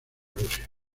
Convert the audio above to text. rusia